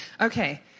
Okay